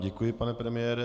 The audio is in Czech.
Děkuji vám, pane premiére.